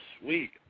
sweet